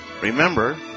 Remember